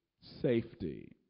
safety